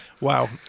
wow